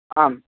आम्